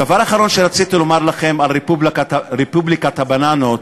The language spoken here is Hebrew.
דבר אחרון שרציתי לומר לכם על רפובליקת הבננות,